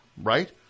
right